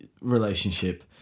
relationship